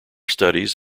studies